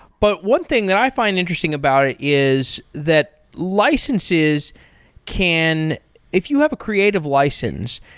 but one thing that i find interesting about it is that licenses can if you have a creative license,